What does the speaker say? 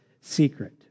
secret